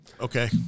Okay